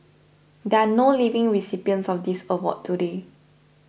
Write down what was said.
there are no living recipients of this award today